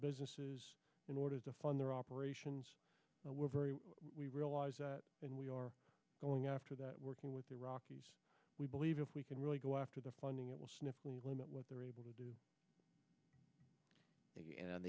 businesses in order to fund their operations and we're very we realize that and we are going after that working with iraqis we believe if we can really go after the funding it will sniff limit what they're able to do